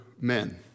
men